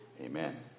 Amen